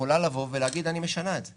יכולה לבוא ולהגיד: אני משנה את זה